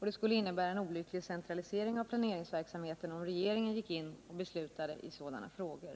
Det skulle innebära en olycklig centralisering av planeringsverksamheten, om regeringen gick in och beslutade i sådana frågor.